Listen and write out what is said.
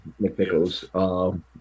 McNichols